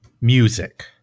Music